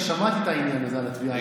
שמעתי את העניין הזה על התביעה הייצוגית.